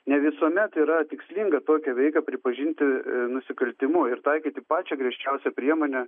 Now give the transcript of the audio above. ne visuomet yra tikslinga tokią veiką pripažinti nusikaltimu ir taikyti pačią griežčiausią priemonę